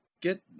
get